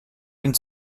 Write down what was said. ihn